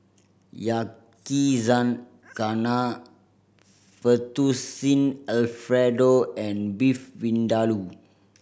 Yakizakana Fettuccine Alfredo and Beef Vindaloo